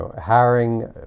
hiring